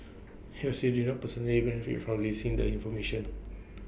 he also did not personally benefit from releasing the information